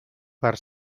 per